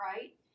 right